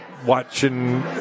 Watching